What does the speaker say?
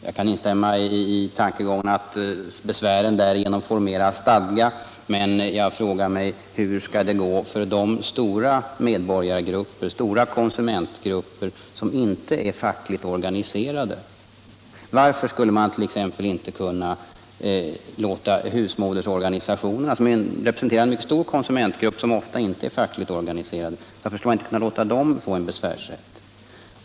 Jag kan visserligen instämma i tankegången, att besvären därigenom får mera stadga, men jag frågar mig hur det i detta fall skall gå med de stora medborgaroch konsumentgrupper som inte är fackligt organiserade. Varför skulle man t.ex. inte kunna låta husmodersorganisationerna, som representerar en mycket stor konsumentgrupp som ofta inte är fackligt organiserad, få sådan besvärsrätt?